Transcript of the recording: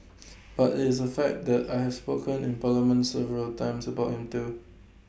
but IT is A fact that I have spoken in parliament several times about him too